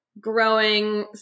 growing